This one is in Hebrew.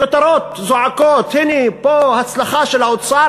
הכותרות זועקות: הנה פה הצלחה של האוצר,